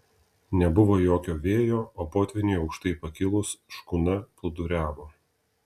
nebuvo jokio vėjo o potvyniui aukštai pakilus škuna plūduriavo